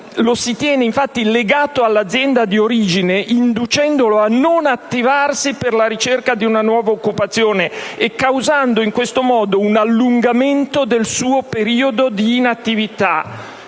lo si tiene infatti legato all'azienda di origine, inducendolo a non attivarsi per la ricerca di una nuova occupazione, causando in questo modo un allungamento del suo periodo di inattività,